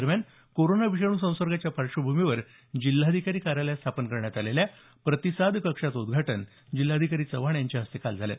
दरम्यान कोरोना विषाणू संसर्गाच्या पार्श्वभूमीवर जिल्हाधिकारी कार्यालयात स्थापन करण्यात आलेल्या प्रतिसाद कक्षाचं उद्घाटन काल जिल्हाधिकारी चव्हाण यांच्या हस्ते झालं